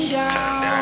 down